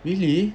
really